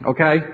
Okay